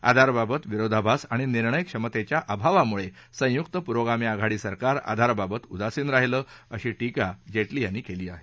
आधारबाबत विरोधाभास आणि निर्णयक्षमतेच्या अभावामुळे संयुक्त पुरोगामी आघाडी सरकार आधारबाबत उदासीन राहिलं अशी शिका जेमी यांनी केली आहे